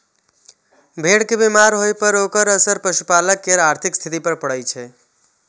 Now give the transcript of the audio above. भेड़ के बीमार होइ पर ओकर असर पशुपालक केर आर्थिक स्थिति पर पड़ै छै